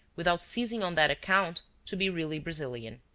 without ceasing on that account to be really brazilian.